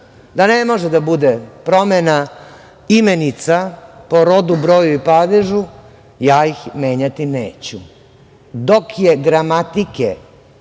da ne može da bude promena imenica po rodu, broju i padežu, ja ih menjati neću. Dok je gramatike